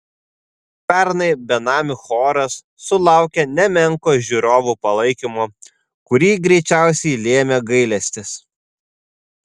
pernai benamių choras sulaukė nemenko žiūrovų palaikymo kurį greičiausiai lėmė gailestis